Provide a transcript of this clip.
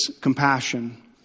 compassion